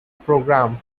program